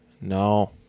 No